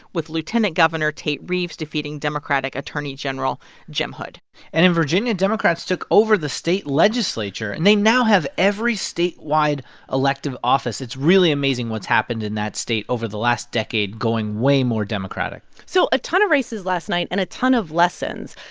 with lt. and gov. and tate reeves defeating democratic attorney general jim hood and in virginia, democrats took over the state legislature. and they now have every statewide elective office. it's really amazing what's happened in that state over the last decade, going way more democratic so a ton of races last night and a ton of lessons,